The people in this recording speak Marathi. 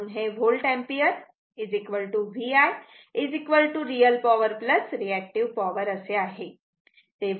म्हणून हे volt ampere V I real power reactive power real power reactive power असे आहे